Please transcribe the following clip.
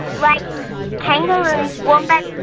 like kangaroos, wombats,